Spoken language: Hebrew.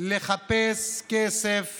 לחפש כסף